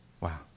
Wow